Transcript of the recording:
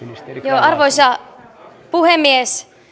arvoisa puhemies